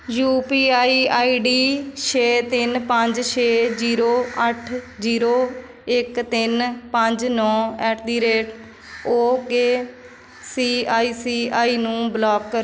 you P I I D ਛੇ ਤਿੰਨ ਪੰਜ ਛੇ ਜੀਰੋ ਅੱਠ ਜੀਰੋ ਇੱਕ ਤਿੰਨ ਪੰਜ ਨੌ at the rate okay C I C I ਨੂੰ ਬਲੋਕ ਕਰੋ